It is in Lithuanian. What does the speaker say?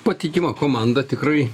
patikima komanda tikrai